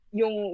yung